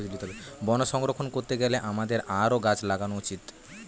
বন সংরক্ষণ করতে গেলে আমাদের আরও গাছ লাগানো উচিত